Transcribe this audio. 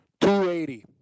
$280